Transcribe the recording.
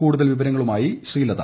കൂടുതൽ വിവരങ്ങളുമായി പൂശ്രീലത